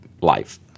life